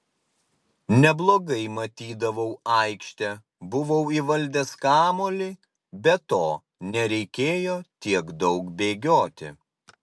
neblogai matydavau aikštę buvau įvaldęs kamuolį be to nereikėjo tiek daug bėgioti